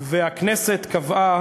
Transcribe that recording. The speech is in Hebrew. כמובן,